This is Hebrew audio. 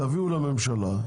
תביאו לממשלה,